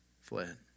fled